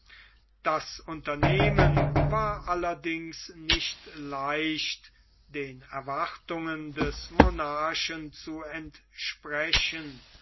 das unternehmen war allerdings nicht leicht den erwartungen des monarchen zu entsprechen